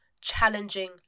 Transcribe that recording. challenging